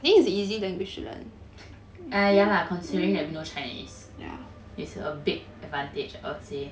err ya lah considering that we know chinese it's a big advantage I would say